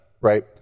right